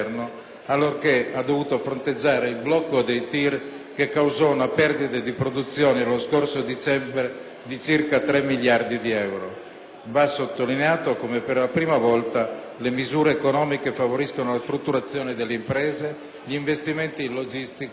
allorché ha dovuto fronteggiare il blocco dei TIR, che, lo scorso dicembre, causò una perdita di produzione di circa 3 miliardi di euro. Va sottolineato che, per la prima volta, le misure economiche favoriscono la strutturazione delle imprese, gli investimenti in logistica